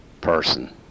person